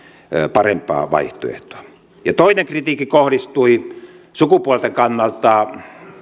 parempaa vaihtoehtoa toinen kritiikki kohdistui sukupuolten kannalta